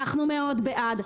אנחנו מאוד בעד,